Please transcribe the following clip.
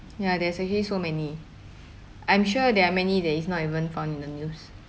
ya there's a so many I'm sure there are many that is not even found in the news